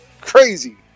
crazy